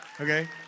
Okay